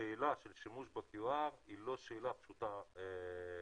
השאלה של שימוש ב-QR היא לא שאלה פשוטה כזאת.